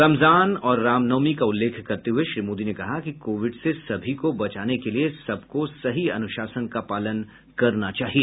रमजान और राम नवमी का उल्लेख करते हुए श्री मोदी ने कहा कोविड से सभी को बचाने के लिए सबको सही अनुशासन का पालन करना चाहिए